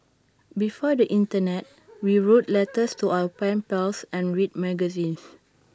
before the Internet we wrote letters to our pen pals and read magazines